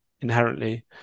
inherently